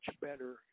better